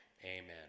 Amen